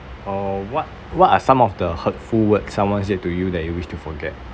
uh what what are some of the hurtful words someone said to you that you wish to forget